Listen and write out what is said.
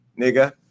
nigga